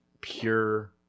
pure